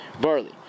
barley